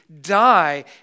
die